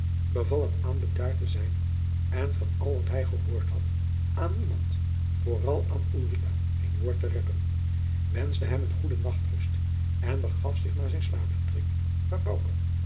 beval hem aan bedaard te zijn en van al wat hij gehoord had aan niemand vooral aan ulrica geen woord te reppen wenschte hem eene goede nachtrust en begaf zich naar zijn